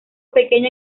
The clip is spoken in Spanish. pequeña